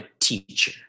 teacher